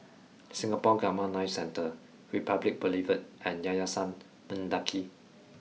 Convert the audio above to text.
Singapore Gamma Knife Centre Republic Boulevard and Yayasan Mendaki